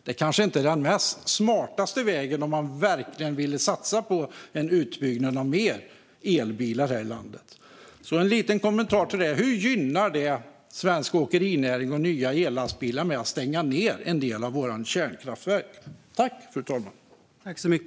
Det är kanske inte det smartaste om man verkligen vill satsa på en utbyggnad för fler elbilar här i landet. Jag vill gärna ha en kommentar om detta. Hur gynnas svensk åkerinäring och nya ellastbilar om man stänger ned en del av våra kärnkraftverk?